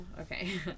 Okay